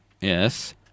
Yes